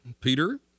Peter